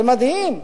זה מדהים,